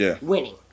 winning